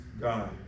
God